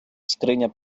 скриня